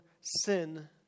sin